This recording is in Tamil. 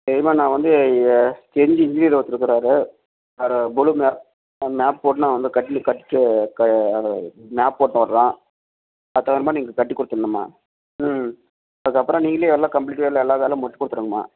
சரிமா நான் வந்து தெரிஞ்ச என்ஜினியர் ஒருத்தர் இருக்கறாரு அவரை புளு மேப் மேப் போட்டு நான் வந்து கட்லு கட்டிவிட்டு கா மேப் போட்டு விட்றோம் அடுத்த வாரமாக நீங்கள் கட்டி கொடுத்துர்ணும்மா ம் அதுக்கப்புறம் நீங்களே எல்லா கம்ப்ளீட் வேலை எல்லாம் வேலை முடிச்சு கொடுத்துருங்மா